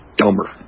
dumber